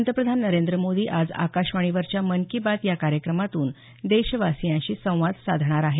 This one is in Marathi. पंतप्रधान नरेंद्र मोदी आज आकाशवाणीवरच्या मन की बात या कार्यक्रमातून देशवासियांशी संवाद साधणार आहेत